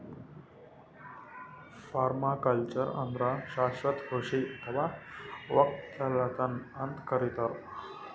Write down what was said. permaculture ಅಂದ್ರ ಶಾಶ್ವತ್ ಕೃಷಿ ಅಥವಾ ವಕ್ಕಲತನ್ ಅಂತ್ ಕರಿತಾರ್